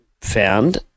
found